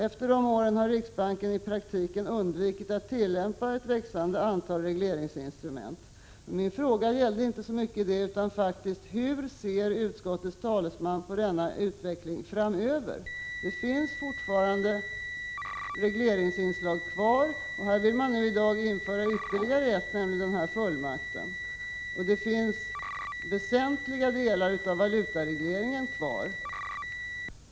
Därefter har riksbanken i praktiken undvikit att tillämpa ett växande antal regleringsinstrument. Min fråga gällde inte så mycket detta utan följande: Hur ser utskottets talesman på denna utveckling framöver? Det finns fortfarande regleringsinslag kvar, och här vill man nu i dag införa ytterligare ett, nämligen denna fullmakt. Väsentliga delar av valutaregleringen finns också kvar.